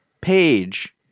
page